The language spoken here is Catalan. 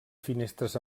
finestres